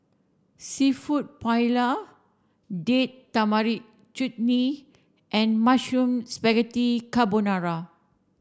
seafood Paella Date Tamarind Chutney and Mushroom Spaghetti Carbonara